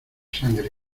sangre